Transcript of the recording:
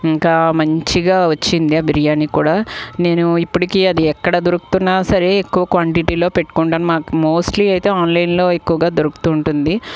ఇంకా మంచిగా వచ్చింది ఆ బిర్యాని కూడా నేను ఇప్పటికీ అది ఎక్కడ దొరుకుతున్న సరే ఎక్కువ క్వాంటిటీలో పెట్టుకుంటాను మాకు మోస్ట్లీ అయితే ఆన్లైన్లో ఎక్కువగా దొరుకుతూ ఉంటుంది